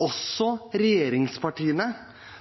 også regjeringspartiene,